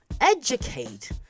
educate